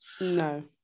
no